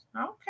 Okay